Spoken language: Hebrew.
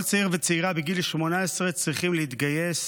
כל צעיר וצעירה בגיל 18 צריכים להתגייס